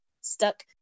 stuck